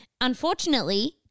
unfortunately